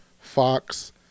Fox